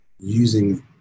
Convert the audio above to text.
using